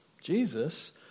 jesus